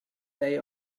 day